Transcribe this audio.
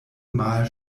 mal